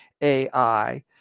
AI